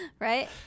Right